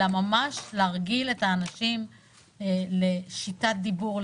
אלא ממש להרגיל את האנשים לשיטת דיבור,